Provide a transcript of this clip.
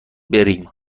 بریم